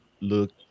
look